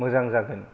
मोजां जागोन